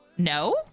No